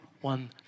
one